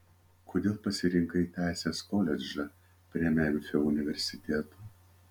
kodėl pasirinkai teisės koledžą prie memfio universiteto